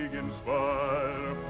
inspire